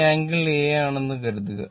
ഈ angle A ആണെന്ന് കരുതുക